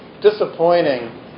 disappointing